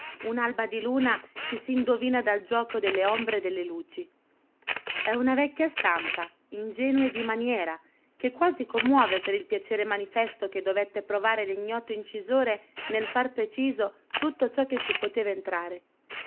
un'alba di luna che si indovina dal giuoco delle ombre e delle luci è una vecchia stampa ingenua e di maniera che quasi commuove per il piacere manifesto che dovette provare l'ignoto incisore nel far preciso tutto ciò che ci poteva entrare